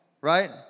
right